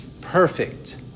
perfect